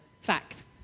fact